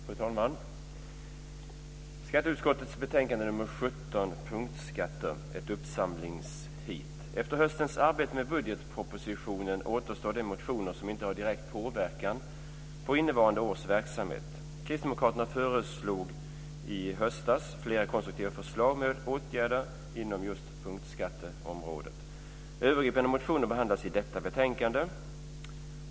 Fru talman! Skatteutskottets betänkande nr 17 om punktskatter är ett uppsamlingsheat. Efter höstens arbete med budgetpropositionen återstår de motioner som inte har direkt påverkan på innevarande års verksamhet. Kristdemokraterna föreslog i höstas flera konstruktiva förslag till åtgärder inom just punktskatteområdet. Övergripande motioner behandlas i detta betänkande.